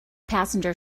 passenger